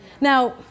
Now